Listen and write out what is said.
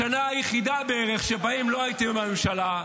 השנה היחידה בערך שבה לא הייתם בממשלה,